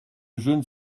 jeunes